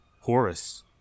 horus